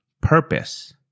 purpose